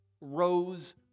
rose